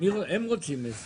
מי בעד קבלת ההסתייגות?